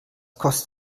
kostet